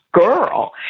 girl